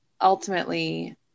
ultimately